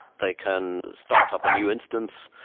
they can start up a new instance,